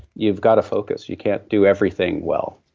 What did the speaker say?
you've got to focus. you can't do everything well.